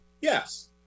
Yes